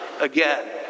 again